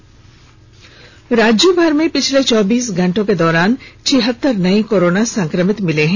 सा सा राज्यभर में पिछले चौबीस घंटे के दौरान छिहत्तर नये कोरोना संक्रमित मिले हैं